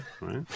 right